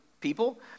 people